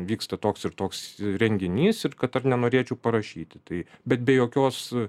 vyksta toks ir toks renginys ir kad ar nenorėčiau parašyti tai bet be jokios